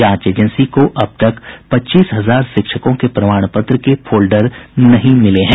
जांच एजेंसी को अब तक पच्चीस हजार शिक्षकों के प्रमाण पत्र के फोल्डर नहीं मिले हैं